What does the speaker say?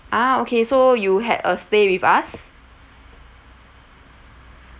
ah okay so you had a stay with us